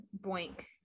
boink